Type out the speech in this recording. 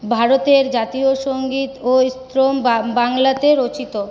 ভারতের জাতীয় সঙ্গীত ও স্ত্রোম বাং বাংলাতে রচিত